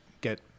get